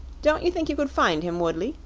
don't you think you could find him, woodley?